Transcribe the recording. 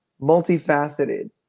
multifaceted